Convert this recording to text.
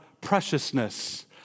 preciousness